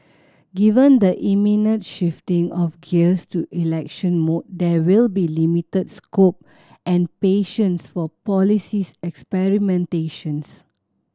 given the imminent shifting of gears to election mode there will be limited scope and patience for policy's experimentations